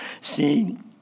seeing